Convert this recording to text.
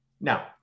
Now